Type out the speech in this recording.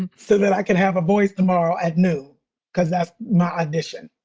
and so that i can have a voice tomorrow at noon cause, that's my audition.